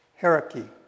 Hierarchy